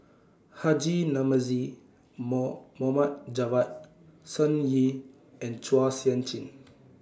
Haji Namazie More Mohd Javad Sun Yee and Chua Sian Chin